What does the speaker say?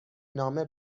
نامه